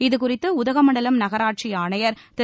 இதுகுறித்து உதகமண்டலம் நகராட்சி ஆணையர் திரு